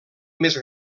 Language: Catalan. més